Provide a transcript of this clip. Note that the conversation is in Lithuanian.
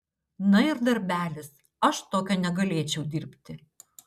na ir darbelis aš tokio negalėčiau dirbti